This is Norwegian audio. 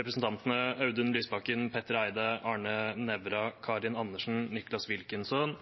representantene Audun Lysbakken, Petter Eide, Arne Nævra, Karin Andersen, Nicholas Wilkinson,